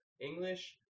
English